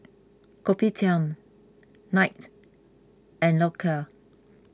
Kopitiam Knight and Loacker